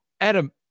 Adam